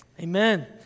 Amen